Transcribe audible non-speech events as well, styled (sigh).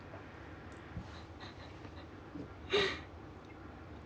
(laughs)